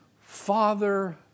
Father